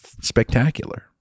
spectacular